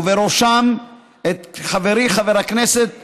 ובראשם את חברי חבר הכנסת פרופ'